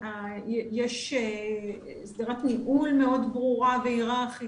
יש שדירת ניהול מאוד ברורה והיררכית,